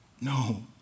No